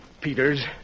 Peters